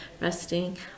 resting